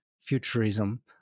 futurism